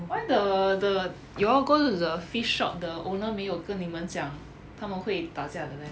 why the the you all go to the fish shop the owner 没有跟你们讲他们会打架的 meh